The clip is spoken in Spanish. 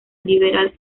liberal